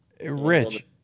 Rich